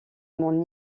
mon